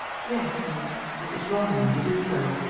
yes and it was wrong of me to do so.